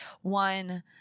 one